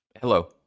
Hello